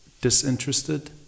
disinterested